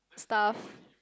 stuff